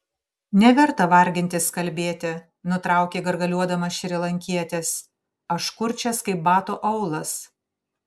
neverta vargintis kalbėti nutraukė gargaliuodamas šrilankietis aš kurčias kaip bato aulas